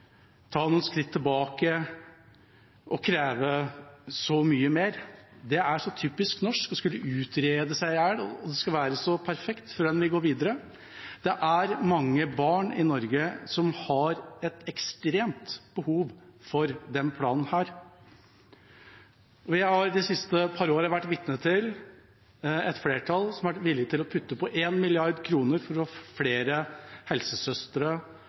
ta noen skritt tilbake og kreve så mye mer. Det er så typisk norsk å skulle utrede ting i hjel, at det skal være så perfekt før en vil gå videre. Det er mange barn i Norge som har et ekstremt behov for denne planen. Jeg har de siste par årene vært vitne til et flertall som har vært villig til å putte på 1 mrd. kr for å få flere helsesøstre